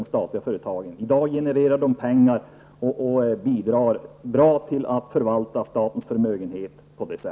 I dag genererar de statliga företagen pengar och bidrar på det sättet till att förvalta statens förmögenhet bra.